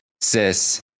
Sis